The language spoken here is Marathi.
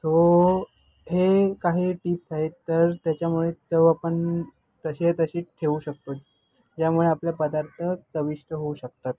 सो हे काही टिप्स आहेत तर त्याच्यामुळे चव आपण तशीच्या तशी ठेवू शकतो ज्यामुळे आपल्या पदार्थ चविष्ट होऊ शकतात